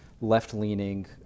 left-leaning